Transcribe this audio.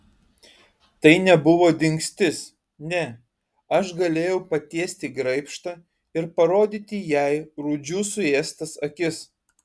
tai nebuvo dingstis ne aš galėjau patiesti graibštą ir parodyti jai rūdžių suėstas akis